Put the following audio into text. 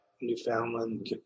Newfoundland